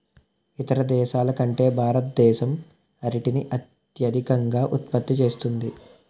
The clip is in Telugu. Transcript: ఇతర దేశాల కంటే భారతదేశం అరటిని అత్యధికంగా ఉత్పత్తి చేస్తుంది